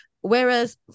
Whereas